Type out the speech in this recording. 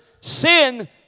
sin